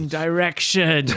direction